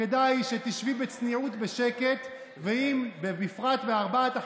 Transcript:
כדאי שתשבי בצניעות, בשקט, ובפרט בארבעת החודשים,